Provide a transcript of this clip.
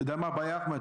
אתה יודע מה הבעיה, אחמד?